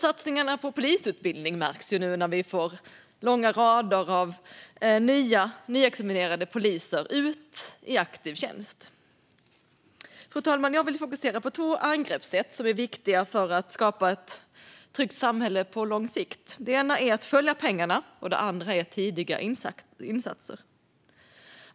Satsningarna på polisutbildning märks nu när vi får långa rader av nyexaminerade poliser ut i aktiv tjänst. Fru talman! Jag vill fokusera på två angreppssätt som är viktiga för att skapa ett tryggt samhälle på lång sikt. Det ena är att följa pengarna, och det andra är tidiga insatser.